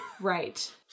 Right